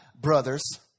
brothers